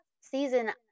season